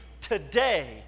today